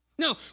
No